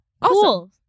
Cool